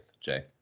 jay